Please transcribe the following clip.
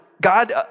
God